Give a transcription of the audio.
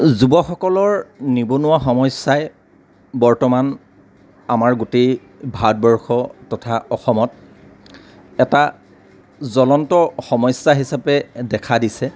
যুৱকসকলৰ নিবনুৱা সমস্যাই বৰ্তমান আমাৰ গোটেই ভাৰতবৰ্ষ তথা অসমত এটা জ্বলন্ত সমস্যা হিচাপে দেখা দিছে